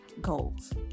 goals